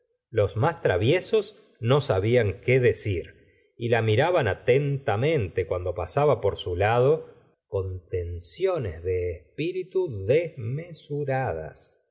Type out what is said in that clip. los más traviesos no sabían qué decir y la miraban atentamente cuando pasaba por su lado con tensiones de espíritu desmesuradas